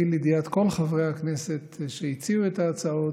לידיעת כל חברי הכנסת שהציעו את ההצעות,